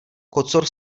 kocour